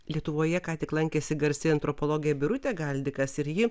lietuvoje ką tik lankėsi garsi antropologė birutė galdikas ir ji